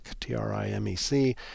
T-R-I-M-E-C